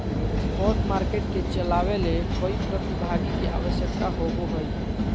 spot market के चलावय ले कई प्रतिभागी के आवश्यकता होबो हइ